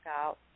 out